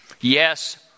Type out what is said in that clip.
Yes